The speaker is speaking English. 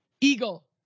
Eagle